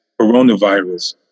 coronavirus